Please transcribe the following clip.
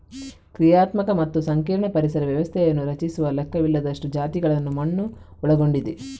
ಕ್ರಿಯಾತ್ಮಕ ಮತ್ತು ಸಂಕೀರ್ಣ ಪರಿಸರ ವ್ಯವಸ್ಥೆಯನ್ನು ರಚಿಸುವ ಲೆಕ್ಕವಿಲ್ಲದಷ್ಟು ಜಾತಿಗಳನ್ನು ಮಣ್ಣು ಒಳಗೊಂಡಿದೆ